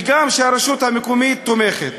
וגם שהרשות המקומית תומכת.